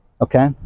okay